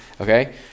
Okay